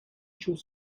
schuss